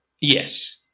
Yes